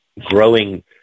growing